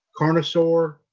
carnosaur